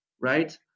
right